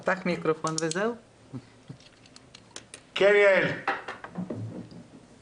ונבין בדיוק על איזו אוכלוסייה אתם מדברים כי לי זה לא ברור עד הסוף.